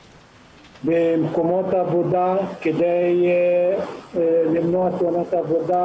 במקומות עבודה כדי למנוע תאונות עבודה,